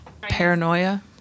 paranoia